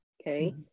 okay